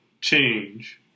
change